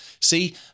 see